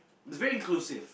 it's very inclusive